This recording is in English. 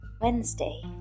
Wednesday